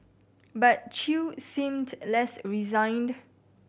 but Chew seemed less resigned